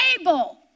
able